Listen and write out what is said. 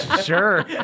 Sure